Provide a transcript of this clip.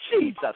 Jesus